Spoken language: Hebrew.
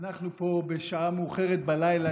אנחנו פה בשעה מאוחרת בלילה.